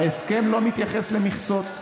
ההסכם לא מתייחס למכסות.